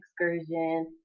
excursion